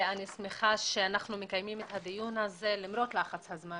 אני שמחה שאנחנו מקיימים את הדיון הזה למרות לחץ הזמן